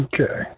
Okay